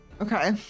Okay